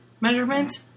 measurement